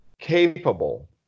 capable